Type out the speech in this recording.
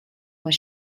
with